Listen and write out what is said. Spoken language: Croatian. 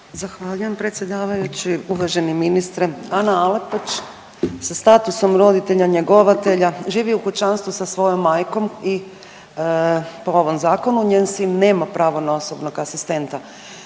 Zahvaljujem predsjedavajući. Uvaženi ministre Ana Alapić sa statusom roditelja njegovatelja živi u kućanstvu sa svojom majkom i po ovom zakonu njen sin nema pravo na osobnog asistenta.